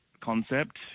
Concept